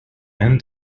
and